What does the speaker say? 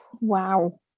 Wow